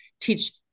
teach